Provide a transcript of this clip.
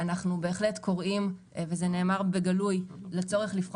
אנו בהחלט קוראים וזה נאמר בגלוי לצורך לבחון